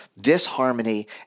disharmony